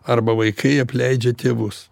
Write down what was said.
arba vaikai apleidžia tėvus